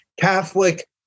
Catholic